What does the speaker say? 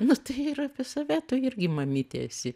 nu tai ir apie save tu irgi mamytė esi